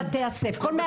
כל בתי הספר.